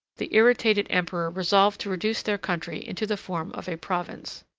the irritated emperor resolved to reduce their country into the form of a province.